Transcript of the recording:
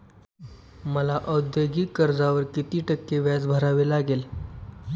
मला औद्योगिक कर्जावर किती टक्के व्याज भरावे लागेल?